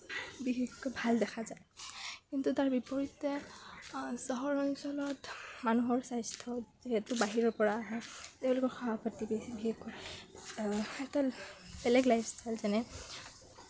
বিশেষকৈ ভাল দেখা যায় কিন্তু তাৰ বিপৰীতে চহৰ অঞ্চলত মানুহৰ স্বাস্থ্য যিহেতু বাহিৰৰ পৰা আহে তেওঁলোকৰ খোৱা পাতি বিশেষকৈ এটা বেলেগ লাইফ ষ্টাইল যেনে